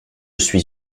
suis